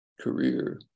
career